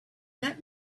that